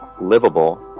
livable